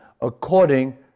according